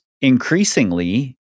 increasingly